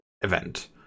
event